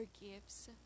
gifts